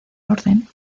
orden